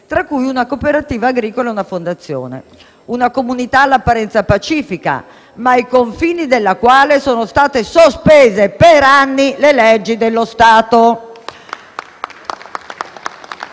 tra cui una cooperativa agricola e una fondazione; una comunità all'apparenza pacifica, ma ai confini della quale sono state sospese per anni le leggi dello Stato.